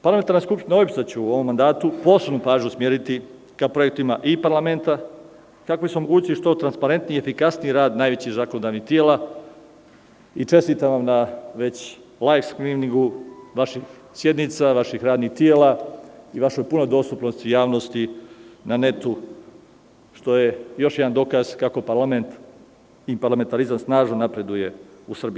Parlamentarna skupština OEBS u ovom mandatu posebnu pažnju će usmeritika projektima I parlamenta, kako bi se omogućili što transparentiji i efikasniji rad najvećih zakonodavnih tela i čestitam vam na već "lajf skriningu" vaših sednica, vaših radnih tela i vašu punu dostupnost javnosti na Internetu, što je još jedan dokaz kako parlament i parlamentarizam može da napreduje u Srbiji.